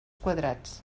quadrats